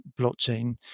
blockchain